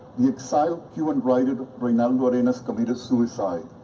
the excited cuban writer reinaldo arenas committed suicide.